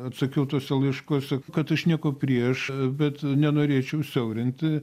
atsakiau tuose laiškuose kad aš nieko prieš bet nenorėčiau siaurinti